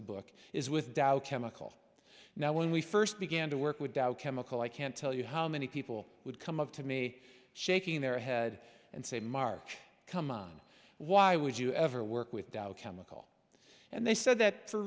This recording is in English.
the book is with dow chemical now when we first began to work with dow chemical i can't tell you how many people would come up to me shaking their head and say marge come on why would you ever work with dow chemical and they said that for